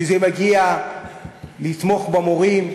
כשזה מגיע לתמוך במורים,